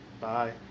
Bye